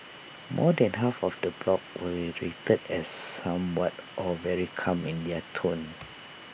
more than half of the blogs were rated as somewhat or very calm in their tone